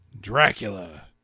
Dracula